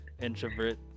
introvert